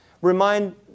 Remind